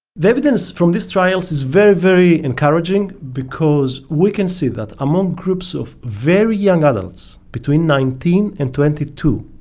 the evidence from this trial is very, very encouraging because we can see that among groups of very young adults, between nineteen and twenty two,